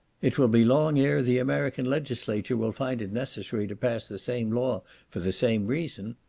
it will be long ere the american legislature will find it necessary to pass the same law for the same reason.